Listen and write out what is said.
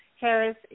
Harris